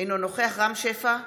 אינה נוכחת אלעזר שטרן,